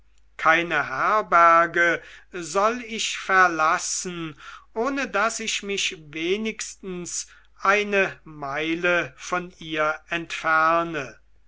keine herberge soll ich verlassen ohne daß ich mich wenigstens eine meile von ihr entferne